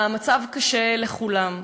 המצב קשה לכולם.